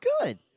Good